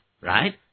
right